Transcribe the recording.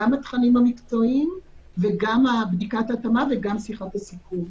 גם התכנים המקצועיים וגם בדיקת ההתאמה וגם שיחת הסיכום.